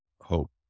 hope